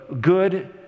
good